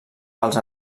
pels